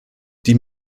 die